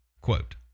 Quote